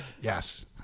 Yes